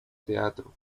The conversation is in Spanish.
teatro